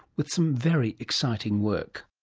with some very exciting work.